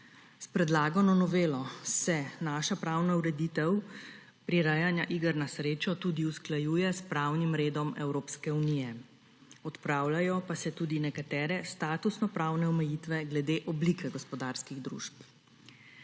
S predlagano novelo se naša pravna ureditev prirejanja iger na srečo tudi usklajuje s pravnim redom Evropske unije, odpravljajo pa se tudi nekatere statusnopravne omejitve glede oblike gospodarskih družb.